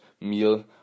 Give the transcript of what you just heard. meal